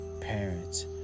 parents